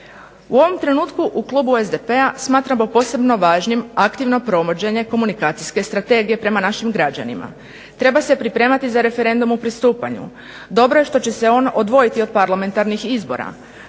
U ovom trenutku u klubu SDP-a smatramo posebno važnim aktivno provođenje komunikacijske strategije prema našim građanima, treba se pripremati za referendum u pristupanju. Dobro je što će se on odvojiti od parlamentarnih izbora,